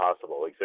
possible